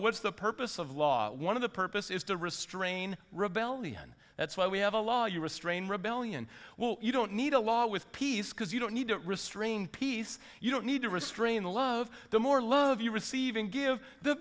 what's the purpose of law one of the purpose is to restrain rebellion that's why we have a law you restrain rebellion well you don't need a law with peace because you don't need to restrain peace you don't need to restrain the love the more love you receive in give the